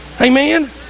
Amen